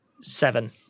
seven